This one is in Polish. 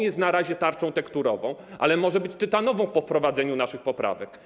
Jest to na razie tarcza tekturowa, ale może być tytanowa po wprowadzeniu naszych poprawek.